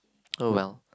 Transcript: oh well